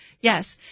Yes